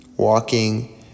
Walking